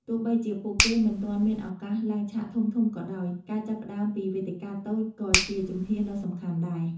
ទោះបីជាពួកគេមិនទាន់មានឱកាសឡើងឆាកធំៗក៏ដោយ ការចាប់ផ្ដើមពីវេទិកាតូចក៏ជាជំហានដ៏សំខាន់ដែរ។